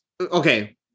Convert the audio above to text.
Okay